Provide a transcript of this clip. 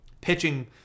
pitching